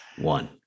one